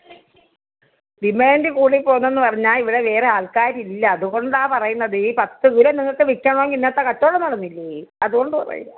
demand കൂടി പോകുന്നതെന്ന് പറഞ്ഞാൽ ഇവിടെ വേറെ ആൾക്കാരില്ല അതുകൊണ്ടാണ് പറയുന്നത് ഈ പത്ത് കിലോ നിങ്ങൾക്ക് വിൽക്കണമെങ്കിൽ ഇന്നത്തെ കച്ചവടം നടന്നില്ലേ അതുകൊണ്ട് പറയുവാണ്